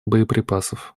боеприпасов